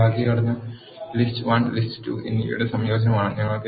അതിനുള്ള വാക്യഘടന list 1 list 2 എന്നിവയുടെ സംയോജനമാണ്